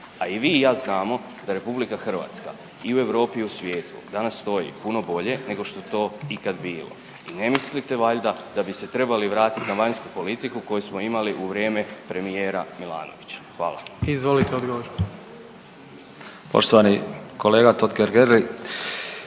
A i vi i ja znamo da Republika Hrvatska i u Europi i u svijetu danas stoji puno bolje, nego što je to ikad bilo. Ne mislite valjda da bi se trebali vratiti na vanjsku politiku koju smo imali u vrijeme premijera Milanovića? Hvala. **Jandroković, Gordan